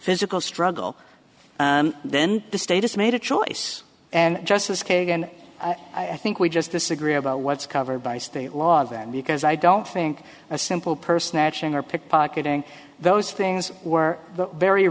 physical struggle then the state is made a choice and justice kagan i think we just disagree about what's covered by state law that because i don't think a simple person or pickpocketing those things were the very